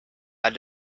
had